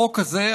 החוק הזה,